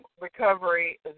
recovery